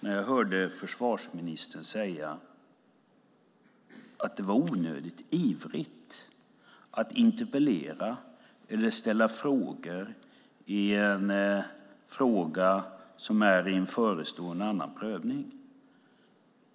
när jag hörde försvarsministern säga att det var onödigt ivrigt att interpellera eller ställa frågor i en fråga som står inför en annan prövning.